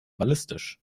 ballistisch